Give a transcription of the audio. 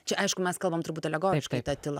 čia aišku mes kalbame turbūt alegoriškai ta tyla